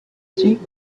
restrict